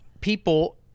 people